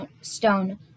stone